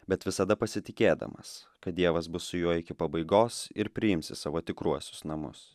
bet visada pasitikėdamas kad dievas bus su juo iki pabaigos ir priims į savo tikruosius namus